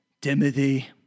Timothy